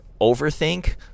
overthink